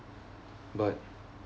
but